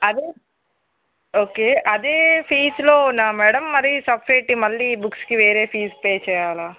అదే ఓకే అదే ఫీస్లోనా మేడం మరి సెపెరేట్ మళ్ళీ బుక్స్కి వేరే ఫీజు పే చెయ్యాలా